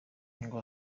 ngo